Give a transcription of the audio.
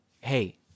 hey